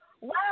Wow